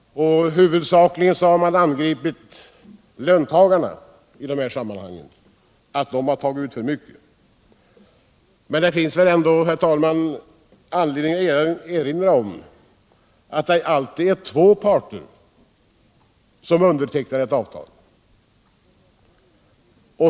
Huvudsakligen har man angripit löntagarna för att de har tagit ut för mycket. Men det finns väl anledning att erinra om att det alltid är två parter som undertecknar ett avtal.